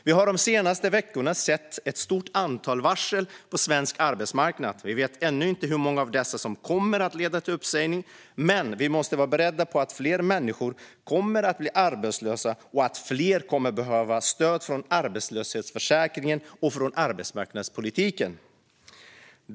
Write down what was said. Vi har de senaste veckorna sett ett stort antal varsel på svensk arbetsmarknad. Vi vet ännu inte hur många av dem som kommer att leda till uppsägning. Men vi måste vara beredda på att fler människor kommer att bli arbetslösa och att fler kommer att behöva stöd från arbetslöshetsförsäkringen och från arbetsmarknadspolitiken.